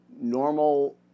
normal